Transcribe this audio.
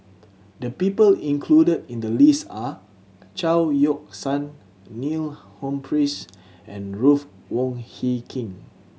the people included in the list are Chao Yoke San Neil Humphreys and Ruth Wong Hie King